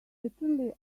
certainly